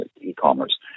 e-commerce